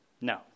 No